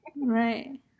Right